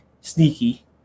sneaky